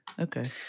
Okay